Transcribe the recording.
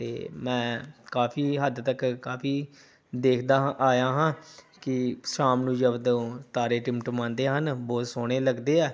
ਅਤੇ ਮੈਂ ਕਾਫੀ ਹੱਦ ਤੱਕ ਕਾਫੀ ਦੇਖਦਾ ਹਾਂ ਆਇਆ ਹਾਂ ਕਿ ਸ਼ਾਮ ਨੂੰ ਜਦੋਂ ਤਾਰੇ ਟਿਮਟਿਮਾਉਂਦੇ ਹਨ ਬਹੁਤ ਸੋਹਣੇ ਲੱਗਦੇ ਹੈ